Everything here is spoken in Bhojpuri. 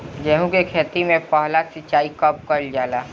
गेहू के खेती मे पहला सिंचाई कब कईल जाला?